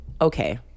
Okay